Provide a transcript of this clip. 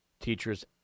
teachers